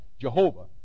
Jehovah